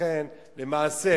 למעשה